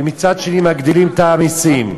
ומצד שני מגדילים את המסים.